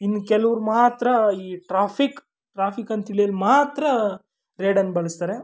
ಇನ್ನೂ ಕೆಲ್ವರು ಮಾತ್ರ ಈ ಟ್ರಾಫಿಕ್ ಟ್ರಾಫಿಕಂಥೇಳಿ ಮಾತ್ರ ರೇಡಿಯೋನ ಬಳಸ್ತಾರೆ